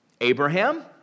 Abraham